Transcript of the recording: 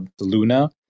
Luna